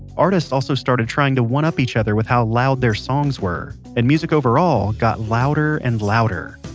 artists also started trying to one-up each other with how loud their songs were, and music overall got louder and louder.